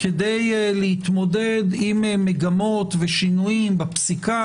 כדי להתמודד עם מגמות ושינויים בפסיקה,